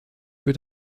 für